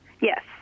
Yes